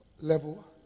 level